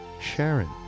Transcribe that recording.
Sharon